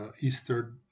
easter